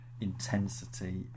intensity